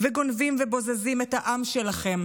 וגונבים ובוזזים את העם שלכם,